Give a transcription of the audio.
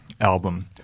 album